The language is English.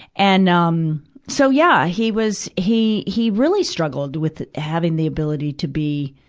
and, um, so, yeah. he was, he, he really struggled with having the ability to be,